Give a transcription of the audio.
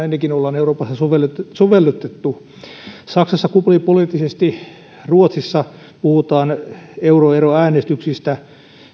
ennenkin ollaan euroopassa sovellettu sovellettu saksassa kuplii poliittisesti ruotsissa puhutaan euroeroäänestyksistä